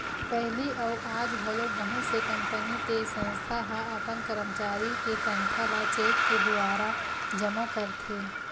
पहिली अउ आज घलो बहुत से कंपनी ते संस्था ह अपन करमचारी के तनखा ल चेक के दुवारा जमा करथे